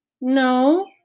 No